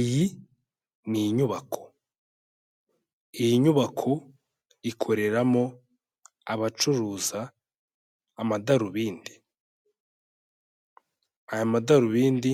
Iyi ni inyubako, iyi nyubako ikoreramo abacuruza amadarubindi, aya madarubindi